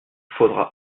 faudra